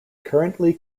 currently